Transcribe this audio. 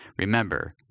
Remember